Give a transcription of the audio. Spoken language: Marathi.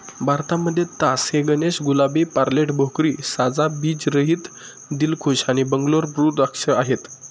भारतामध्ये तास ए गणेश, गुलाबी, पेर्लेट, भोकरी, साजा, बीज रहित, दिलखुश आणि बंगलोर ब्लू द्राक्ष आहेत